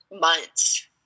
months